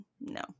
No